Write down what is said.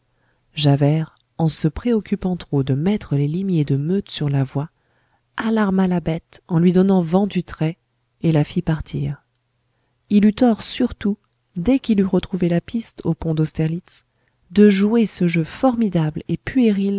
javert en se préoccupant trop de mettre les limiers de meute sur la voie alarma la bête en lui donnant vent du trait et la fit partir il eut tort surtout dès qu'il eut retrouvé la piste au pont d'austerlitz de jouer ce jeu formidable et puéril